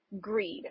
greed